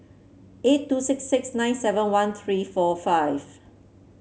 eight two six six nine seven one three four five